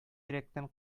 йөрәктән